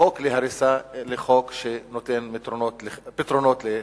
מחוק להריסה לחוק שנותן פתרונות לחיים.